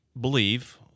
believe